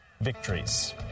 victories